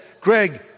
Greg